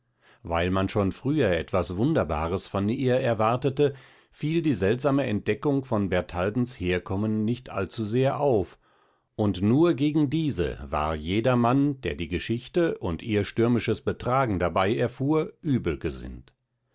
weil man schon früher etwas wunderbares von ihr erwartete fiel die seltsame entdeckung von bertaldens herkommen nicht allzusehr auf und nur gegen diese war jedermann der die geschichte und ihr stürmisches betragen dabei erfuhr übel gesinnt